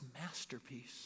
masterpiece